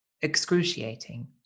excruciating